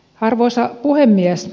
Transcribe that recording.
arvoisa puhemies